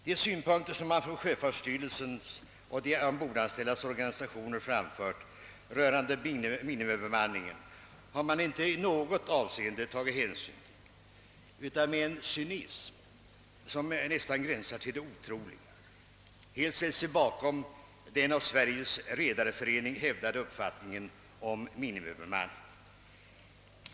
De syn punkter som framförts från sjöfartssty relsen och de ombordanställdas orga nisationer rörande minimibemanningen har man inte i något avseende tagit hänsyn till, utan med en cynism som gränsar till det otroliga har man ställt sig bakom den av Sveriges redareförening hävdade uppfattningen om minimibemanningen.